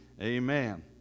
Amen